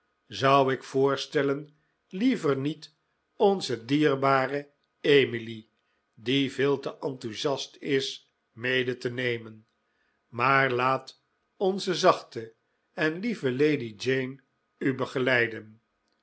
zou ik voorstellen liever niet onze dierbare emily die veel te enthousiast is mede te nemen maar laat onze zachte en lieve lady jane u begeleiden